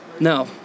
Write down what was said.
No